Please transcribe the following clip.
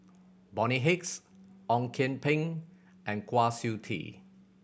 Bonny Hicks Ong Kian Peng and Kwa Siew Tee